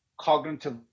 cognitive